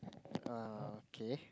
uh okay